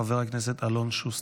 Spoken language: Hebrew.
חבר הכנסת אלון שוסטר.